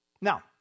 Now